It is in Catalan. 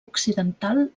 occidental